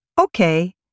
Okay